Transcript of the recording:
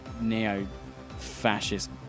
neo-fascist